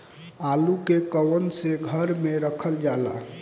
आलू के कवन से घर मे रखल जाला?